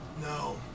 No